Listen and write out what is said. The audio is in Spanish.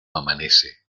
amanece